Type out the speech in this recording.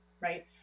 Right